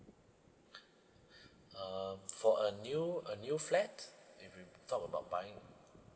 uh for a new a new flat if you talk about buying